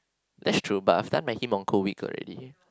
that's true but I've done my heme onco week already